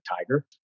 Tiger